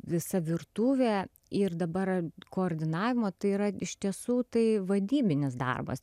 visa virtuvė ir dabar koordinavimo tai yra iš tiesų tai vadybinis darbas